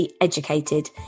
educated